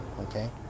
okay